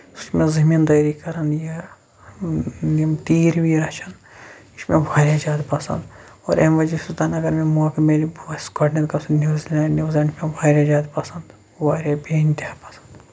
زٔمیٖن دٲری کران یا یِم تیٖر ویٖر رَچھان یہِ چھُ مےٚ واریاہ زیادٕ پَسند اور اَمہِ وجہہ سۭتۍ اَگر مےٚ موقعہٕ میلہِ بہٕ گژھٕ گۄڈٕنیتھ گژھُن نیوزِلینڈ نیوٕزِلینڈ چھُ مےٚ واریاہ زیادٕ پَسند واریاہ بے اِنتِہا پَسند